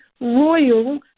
royal